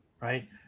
right